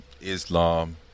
Islam